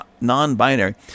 non-binary